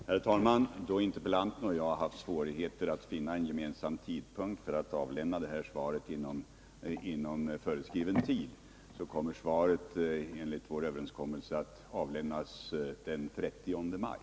Herr talman! Då interpellanten, Per Stenmarck, och jag haft svårigheter att finna en för oss båda lämplig tidpunkt för besvarande av interpellationen inom föreskriven tid, kommer svaret enligt överenskommelse att avlämnas den 30 maj.